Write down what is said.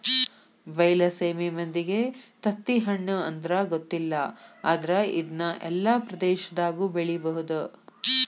ಬೈಲಸೇಮಿ ಮಂದಿಗೆ ತತ್ತಿಹಣ್ಣು ಅಂದ್ರ ಗೊತ್ತಿಲ್ಲ ಆದ್ರ ಇದ್ನಾ ಎಲ್ಲಾ ಪ್ರದೇಶದಾಗು ಬೆಳಿಬಹುದ